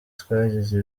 twagize